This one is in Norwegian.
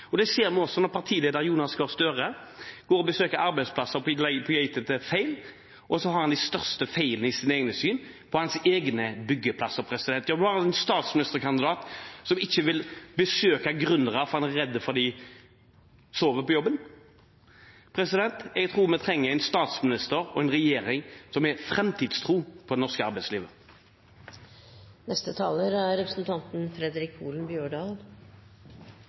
Det ser vi også når partileder Jonas Gahr Støre drar og besøker arbeidsplasser på leting etter feil, og så har han de største feilene i sin egen regi, på sine egne byggeplasser. Ja, vi har en statsministerkandidat som ikke vil besøke gründere fordi han er redd for at de sover på jobben. Jeg tror vi trenger en statsminister og en regjering som har framtidstro på det norske arbeidslivet. Først: Eg er